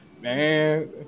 man